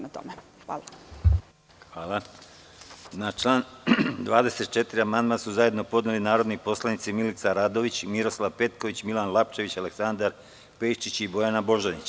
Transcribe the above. Na član 24. amandman su zajedno podneli narodni poslanici Milica Radović, Miroslav Petković, Milan Lapčević, Aleksandar Pejčić i Bojana Božanić.